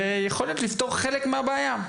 ויכול להיות שאפשר לפתור חלק מהבעיה.